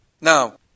now